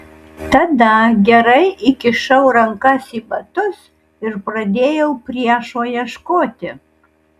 tada gerai įkišau rankas į batus ir pradėjau priešo ieškoti